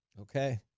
Okay